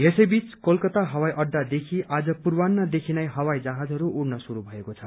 यसैबीच कोलकता इवाई अहादेखि आज पूर्वान्हदेखि नै हवाई जहाजहरू उड़न शुरू भएको छ